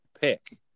pick